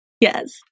Yes